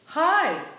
Hi